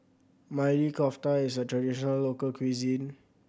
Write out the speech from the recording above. Maili Kofta is a traditional local cuisine